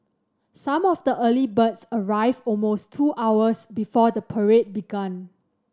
some of the early birds arrived almost two hours before the parade began